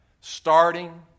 starting